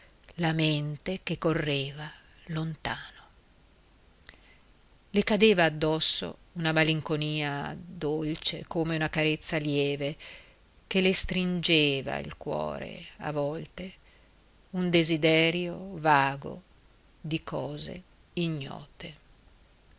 la mente che correva lontano le cadeva addosso una malinconia dolce come una carezza lieve che le stringeva il cuore a volte un desiderio vago di cose ignote